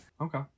Okay